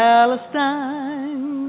Palestine